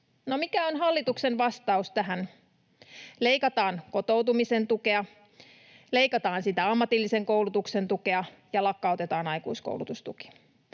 mikä on hallituksen vastaus tähän? Leikataan kotoutumisen tukea, leikataan sitä ammatillisen koulutuksen tukea ja lakkautetaan aikuiskoulutustuki.